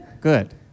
Good